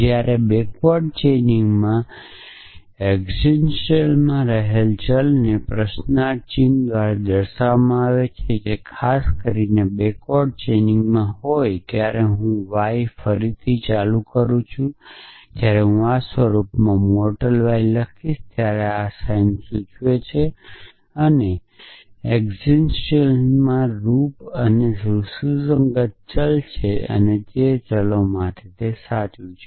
જ્યારે backward chaining માં એકસીટેંટીયલમાં રહેલા ચલને પ્રશ્નાર્થ ચિહ્ન દ્વારા દર્શાવવામાં આવે છે જે ખાસ કરીને બેક્વર્ડ ચેઇનમાં હોય ત્યારે હું આ y ફરી ચાલું છું કે જ્યારે હું આ સ્વરૂપમાં મોર્ટલ y લખીશ ત્યારે આ સાઇન સૂચવે છે અને એકસીટેંટીયલમાં રૂપે સુસંગત ચલ છે તે ચલો માટે જ સાચું છે